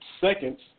seconds